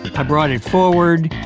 i brought it forward,